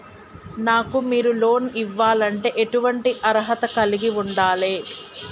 నాకు మీరు లోన్ ఇవ్వాలంటే ఎటువంటి అర్హత కలిగి వుండాలే?